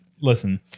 Listen